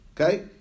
okay